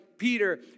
Peter